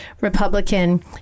Republican